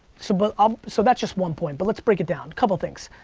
so but um so that's just one point. but let's break it down, couple things.